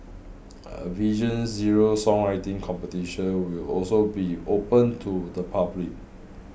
a Vision Zero songwriting competition will also be open to the public